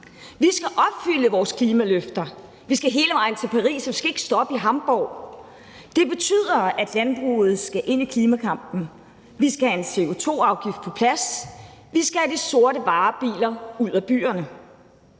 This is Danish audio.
Vi skal opfylde vores klimaløfter, vi skal hele vejen til Paris, og vi skal ikke stoppe i Hamborg, og det betyder, at landbruget skal ind i klimakampen. Vi skal have en CO2-afgift på plads, vi skal have de sorte varebiler ud af byerne.